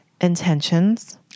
intentions